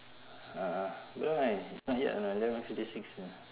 !huh! why it's not yet right eleven fifty six then